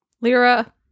Lyra